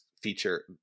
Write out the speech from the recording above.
feature